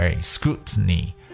Scrutiny